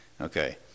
Okay